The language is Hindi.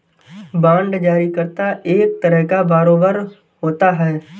बांड जारी करता एक तरह का बारोवेर होता है